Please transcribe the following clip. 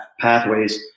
pathways